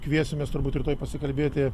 kviesimės turbūt rytoj pasikalbėti